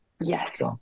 Yes